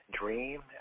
dream